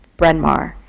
bryn mawr,